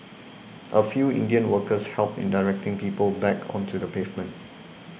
a few Indian workers helped in directing people back onto the pavement